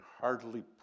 hardly